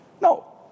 No